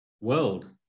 world